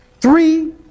Three